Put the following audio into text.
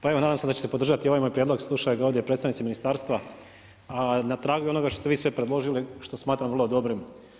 Pa evo nadam se da ćete podržati ovaj moj prijedlog, slušaju ga ovdje predstavnici ministarstva, a na tragu je onoga što ste vi sve predložili što smatram vrlo dobrim.